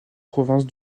province